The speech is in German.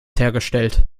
hergestellt